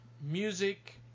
music